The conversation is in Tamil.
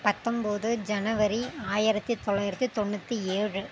பத்தொம்போது ஜனவரி ஆயிரத்தி தொள்ளாயிரத்தி தொண்ணூற்றி ஏழு